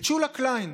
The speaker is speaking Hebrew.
את שולה קליין,